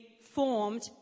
formed